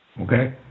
Okay